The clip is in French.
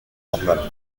normale